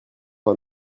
pas